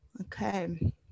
Okay